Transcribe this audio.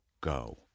go